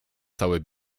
całe